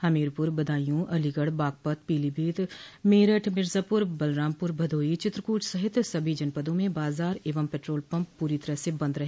हमीरपुर बदायूं अलीगढ़ बागपत पीलीभीत मरठ मिर्जापुर बलरामपुर भदोही चित्रकूट सहित सभी जनपदों में बाजार एवं पेट्रोल पम्प पूरी तरह से बंद रहे